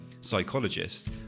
psychologist